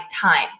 time